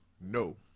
No